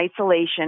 isolation